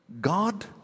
God